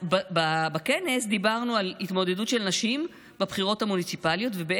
בכנס דיברנו על התמודדות על נשים בבחירות המוניציפליות ועל